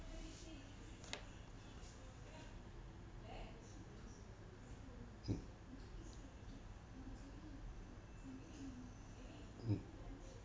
mm mm